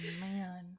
man